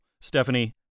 Stephanie